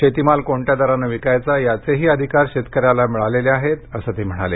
शेतीमाल कोणत्या दराने विकायचा याचेही अधिकार शेतकऱ्याला मिळालेले आहेत असं ते म्हणाले